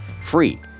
free